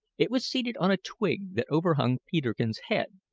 it was seated on a twig that overhung peterkin's head,